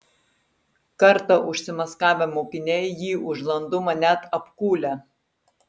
kartą užsimaskavę mokiniai jį už landumą net apkūlę